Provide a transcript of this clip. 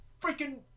freaking